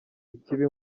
ikibi